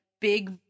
big